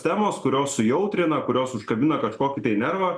temos kurios sujautrina kurios užkabina kažkokį nervą